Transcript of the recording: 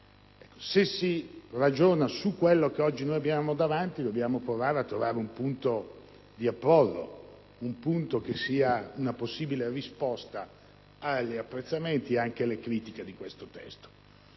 Se si ragiona su quello che oggi abbiamo davanti dobbiamo provare a individuare un punto di approdo e una possibile risposta agli apprezzamenti e alle critiche a questo testo.